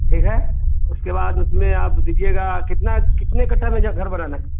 ठीक है उसके बाद उसमें आप दीजिएगा कितना कितने घर बनाना है